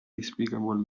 despicable